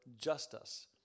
justice